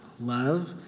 love